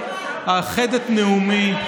אייחד את נאומי,